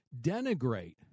denigrate